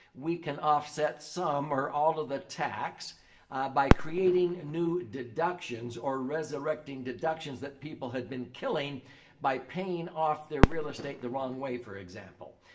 we can offset some or all of the tax by creating new deductions or resurrecting deductions that people had been killing by paying off their real estate the wrong way, for example.